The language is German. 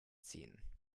ziehen